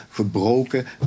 gebroken